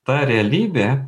ta realybė